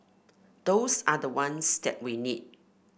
those are the ones that we need